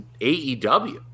AEW